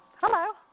hello